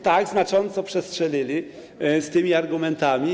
Tak, znacząco przestrzelili z tymi argumentami.